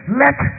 let